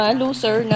loser